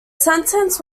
sentence